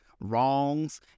wrongs